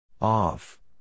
Off